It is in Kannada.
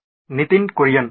ನಿತಿನ್ ಕುರಿಯನ್ ಸರಿ